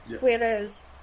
Whereas